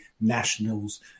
nationals